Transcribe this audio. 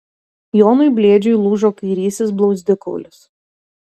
jonui blėdžiui lūžo kairysis blauzdikaulis